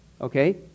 okay